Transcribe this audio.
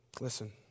Listen